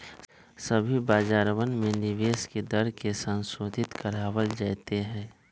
सभी बाजारवन में निवेश के दर के संशोधित करावल जयते हई